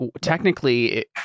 technically